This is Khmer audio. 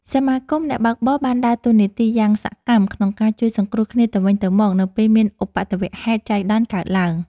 សហគមន៍អ្នកបើកបរបានដើរតួនាទីយ៉ាងសកម្មក្នុងការជួយសង្គ្រោះគ្នាទៅវិញទៅមកនៅពេលមានឧបទ្ទវហេតុចៃដន្យកើតឡើង។